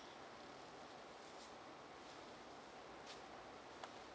mm